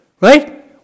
Right